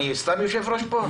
אני סתם יושב-ראש פה?